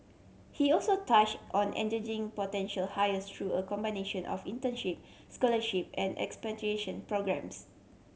he also touch on engaging potential hires through a combination of internship scholarship and programmes